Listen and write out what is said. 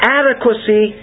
adequacy